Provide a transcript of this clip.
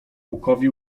pukowi